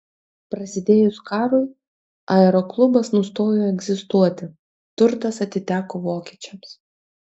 prasidėjus karui aeroklubas nustojo egzistuoti turtas atiteko vokiečiams